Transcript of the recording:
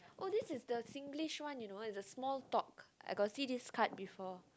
oh this is the Singlish one you know is the small talk I got see this card before